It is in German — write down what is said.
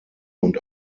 und